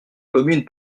communes